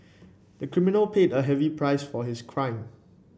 the criminal paid a heavy price for his crime